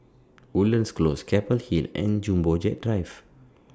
Woodlands Close Keppel Hill and Jumbo Jet Drive